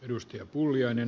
arvoisa puhemies